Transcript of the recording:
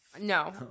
No